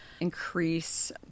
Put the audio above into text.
increase